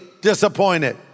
disappointed